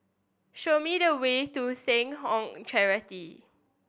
show me the way to Seh Ong Charity